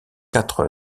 quatre